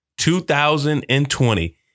2020